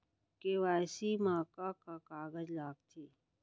KYC मा का का कागज लगथे?